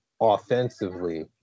offensively